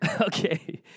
Okay